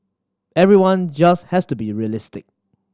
everyone just has to be realistic